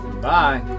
Bye